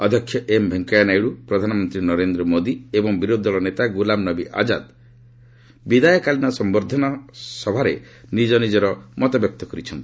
ଅଧ୍ୟକ୍ଷ ଏମ୍ ଭେଙ୍କିୟା ନାଇଡ଼ୁ ପ୍ରଧାନମନ୍ତ୍ରୀ ନରେନ୍ଦ ମୋଦି ଏବଂ ବିରୋଧି ଦଳ ନେତା ଗୁଲାମ ନବୀ ଆଜାଦ୍ ବିଦାୟକାଳୀନ ସମ୍ଭର୍ଦ୍ଧନା ସମୟରେ ନିଜ ନିଜର ମତବ୍ୟକ୍ତ କରିଛନ୍ତି